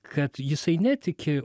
kad jisai netiki